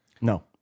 No